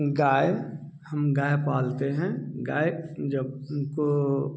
गाय हम गाय पालते हैं गाय जब हमको